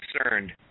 concerned